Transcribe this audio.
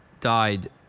died